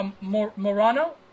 Morano